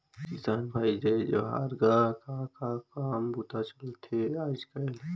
किसान भाई जय जोहार गा, का का काम बूता चलथे आयज़ कायल?